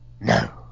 No